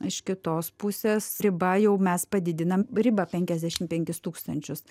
iš kitos pusės riba jau mes padidinam ribą penkiasdešim penkis tūkstančius